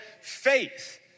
faith